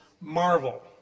marvel